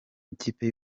ikipe